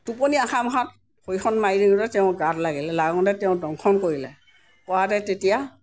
টোপনি অখামখাত ভৰিখন মাৰি দিওঁতে তেওঁৰ গাত লাগিলে লাগোতে তেওঁ দংশন কৰিলে কৰাতে তেতিয়া